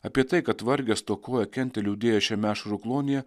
apie tai kad vargę stokoję kentę liūdėję šiame ašarų klonyje